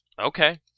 Okay